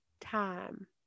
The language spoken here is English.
time